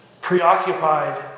preoccupied